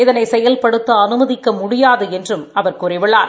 இதனை செயல்படுத்த அனுமதிக்க முடியாது என்றும் அவர் கூறியுள்ளார்